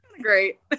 great